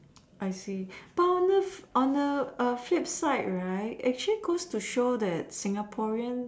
I see boundless under a flip side right actually goes to shows that Singaporean